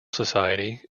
society